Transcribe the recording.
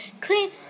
Clean